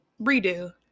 Redo